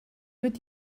wird